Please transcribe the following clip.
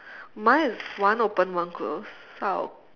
mine is one open one closed so I'll